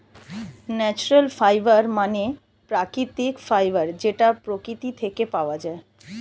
natural fibre মানে প্রাকৃতিক fibre যেটা প্রকৃতি থেকে পাওয়া যায়